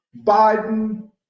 Biden